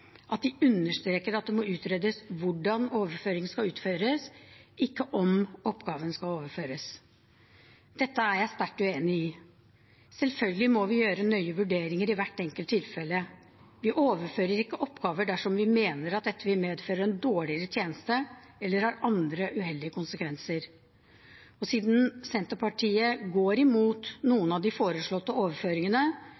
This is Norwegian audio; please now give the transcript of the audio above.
at de understreker at det må utredes hvordan overføringen skal utføres, ikke om oppgaven skal overføres. Dette er jeg sterkt uenig i. Selvfølgelig må vi gjøre nøye vurderinger i hvert enkelt tilfelle. Vi overfører ikke oppgaver dersom vi mener at dette vil medføre en dårligere tjeneste eller har andre uheldige konsekvenser. Siden Senterpartiet går imot